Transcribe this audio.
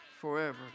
forever